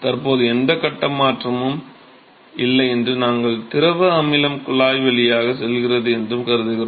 தற்போது எந்த கட்ட மாற்றமும் இல்லை என்றும் திரவ அமிலம் குழாய் வழியாக செல்கிறது என்றும் கருதுகிறோம்